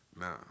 No